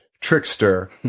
trickster